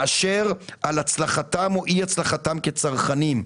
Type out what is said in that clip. מאשר על הצלחתם או אי הצלחתם כצרכנים.